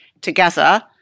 together